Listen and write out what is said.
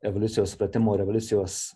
evoliucijos supratimo ir evoliucijos